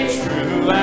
true